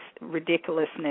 ridiculousness